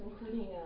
including